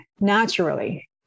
naturally